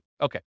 Okay